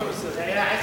נתקבלה.